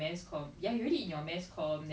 we must really go and get that bread man